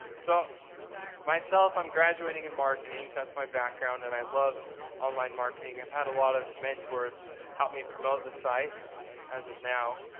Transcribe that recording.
so myself i'm graduating in marketing, that's my background and i love online marketing. i've had a lot of mentors help me promote the site as of now.